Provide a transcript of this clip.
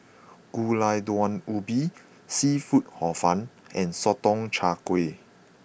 Gulai Daun Ubi Seafood Hor Fun and Sotong Char Kway